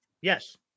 Yes